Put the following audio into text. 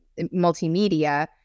multimedia